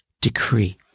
decree